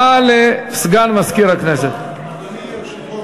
מבקשת להעביר את זה,